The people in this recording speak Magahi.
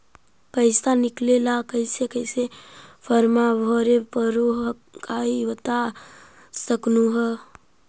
पैसा निकले ला कैसे कैसे फॉर्मा भरे परो हकाई बता सकनुह?